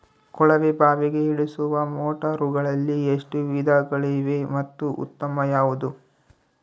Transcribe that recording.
ಕೊಳವೆ ಬಾವಿಗೆ ಇಳಿಸುವ ಮೋಟಾರುಗಳಲ್ಲಿ ಎಷ್ಟು ವಿಧಗಳಿವೆ ಮತ್ತು ಉತ್ತಮ ಯಾವುದು?